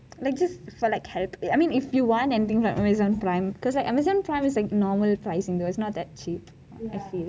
like just for like help I mean if you want anything from amazon prime cause like amazon prime is like normal pricing though is not that cheap